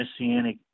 Messianic